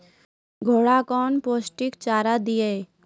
घोड़ा कौन पोस्टिक चारा दिए?